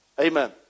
Amen